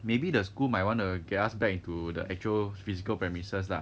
maybe the school might wanna get us back into the actual physical premises lah